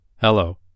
Hello